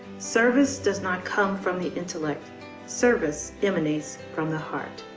service does not come from the intellect service emanates from the heart,